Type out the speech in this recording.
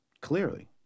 Clearly